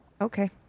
Okay